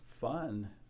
fun